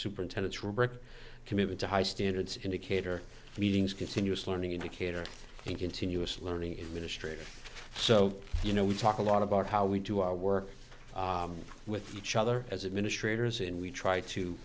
superintendents rubric committed to high standards indicator meetings continuous learning indicator and continuous learning administration so you know we talk a lot about how we do our work with each other as administrators and we try to